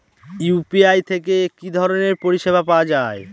UPI থেকে কি ধরণের পরিষেবা পাওয়া য়ায়?